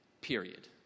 period